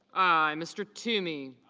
i. mr. toomey